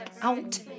out